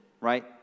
right